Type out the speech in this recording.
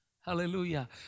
Hallelujah